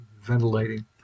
ventilating